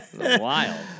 Wild